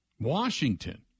Washington